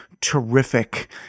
terrific